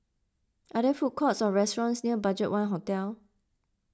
are there food courts or restaurants near Budgetone Hotel